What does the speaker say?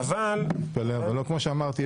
כמו שאמרתי,